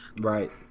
right